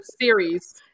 series